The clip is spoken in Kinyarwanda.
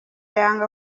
yanga